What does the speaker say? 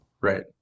Right